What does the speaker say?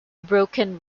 broken